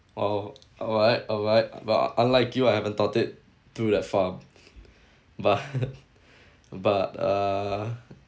oh alright alright but unlike you I haven't thought it through the far but but uh